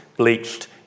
bleached